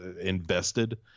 invested